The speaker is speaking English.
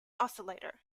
oscillator